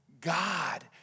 God